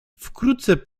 wkrótce